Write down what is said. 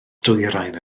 dwyrain